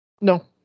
No